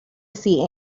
see